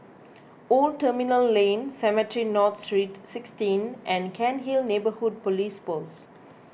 Old Terminal Lane Cemetry North Street sixteen and Cairnhill Neighbourhood Police Post